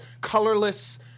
colorless